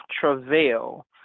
Travail